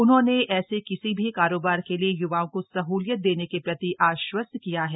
उन्होंने ऐसे किसी भी कारोबार के लिए य्वाओं को सहलियत देने के प्रति आश्वस्त किया है